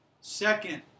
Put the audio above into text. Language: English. Second